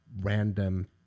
random